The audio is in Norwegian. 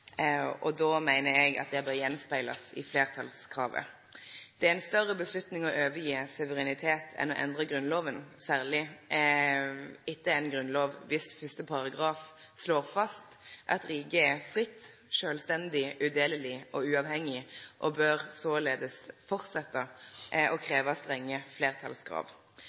og då meiner eg at det bør speglast av i fleirtalskravet. Det er ei større avgjerd å gje frå seg suverenitet enn å endre Grunnloven, særleg ein grunnlov som i sin fyrste paragraf slår fast at riket er fritt, sjølvstendig, udeleleg og uavhengig. Såleis bør ein halde fram med å